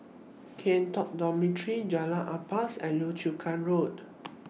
Kian Talk Dormitory Jalan Ampas and Yio Chu Kang Road